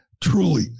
truly